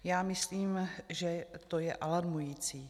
Já myslím, že to je alarmující.